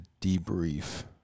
debrief